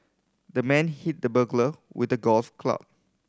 the man hit the burglar with the golf club